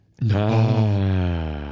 No